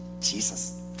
Jesus